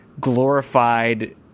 glorified